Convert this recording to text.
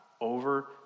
over